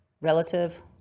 relative